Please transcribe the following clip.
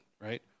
right